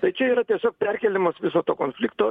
tai čia yra tiesiog perkėlimas viso to konflikto